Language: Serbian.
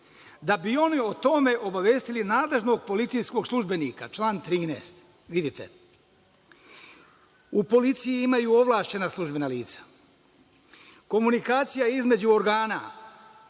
da bi oni o tome obavestili nadležnog policijskog službenika, član 13. vidite - u policiji imaju ovlašćena službena lica. Komunikacija između organa,